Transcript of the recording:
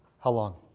how long?